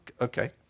okay